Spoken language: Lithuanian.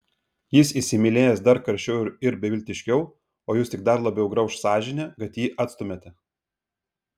jis įsimylės dar karščiau ir beviltiškiau o jus tik dar labiau grauš sąžinė kad jį atstumiate